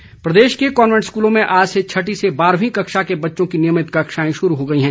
school प्रदेश के convent स्कूलों में आज से छठी से बारहवीं कक्षा के बच्चों की नियमित कक्षाएं शुरू हो गई हैं